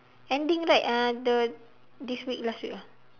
ending right uh the this week last week ah